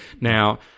Now